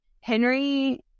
Henry